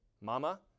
mama